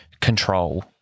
control